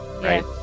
right